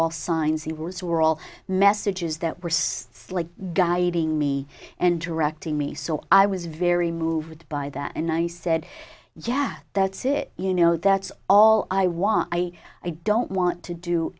all messages that were so slick guiding me and directing me so i was very moved by that and i said yes that's it you know that's all i why i don't want to do